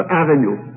avenue